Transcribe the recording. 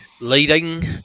leading